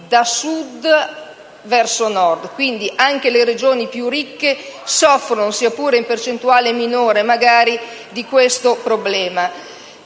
da Sud verso Nord. Quindi, anche le Regioni più ricche soffrono, sia pure in percentuale minore, questo problema.